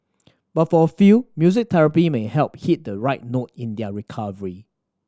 but for a few music therapy may help hit the right note in their recovery